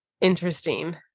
Interesting